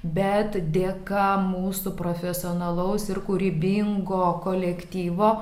bet dėka mūsų profesionalaus ir kūrybingo kolektyvo